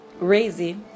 Crazy